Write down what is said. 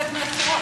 מפרסום.